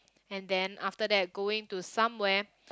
and then after that going to somewhere